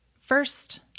first